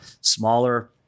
smaller